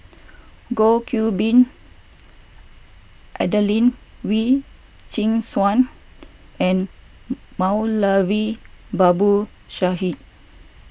Goh Qiu Bin Adelene Wee Chin Suan and Moulavi Babu Sahib